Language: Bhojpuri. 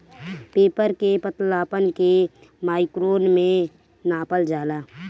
पेपर के पतलापन के माइक्रोन में नापल जाला